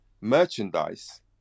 merchandise